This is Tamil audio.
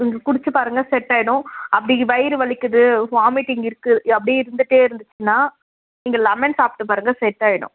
நீங்கள் குடிச்சு பாருங்கள் செட் ஆகிடும் அப்படி வயிறு வலிக்குது வாமிட்டிங் இருக்குது அப்படி இருந்துகிட்டே இருந்துச்சுன்னால் நீங்கள் லெமன் சாப்பிட்டு பாருங்கள் செட் ஆகிடும்